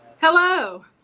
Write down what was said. Hello